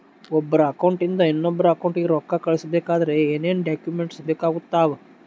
ಒಬ್ಬರ ಅಕೌಂಟ್ ಇಂದ ಇನ್ನೊಬ್ಬರ ಅಕೌಂಟಿಗೆ ರೊಕ್ಕ ಕಳಿಸಬೇಕಾದ್ರೆ ಏನೇನ್ ಡಾಕ್ಯೂಮೆಂಟ್ಸ್ ಬೇಕಾಗುತ್ತಾವ?